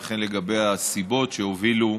וכן לגבי הסיבות שהובילו,